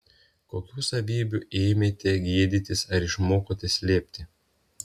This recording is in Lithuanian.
kokių savybių ėmėte gėdytis ar išmokote slėpti